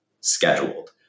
scheduled